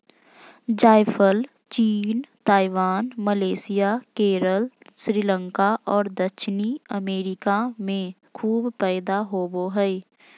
जायफल चीन, Taiwan, Malaysia, Kerala, Sri Lanka और दक्षिणी अमेरिका में खूब पैदा होबो हइ